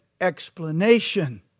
explanation